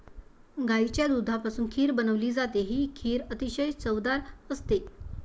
गाईच्या दुधापासून खीर बनवली जाते, ही खीर अतिशय चवदार असते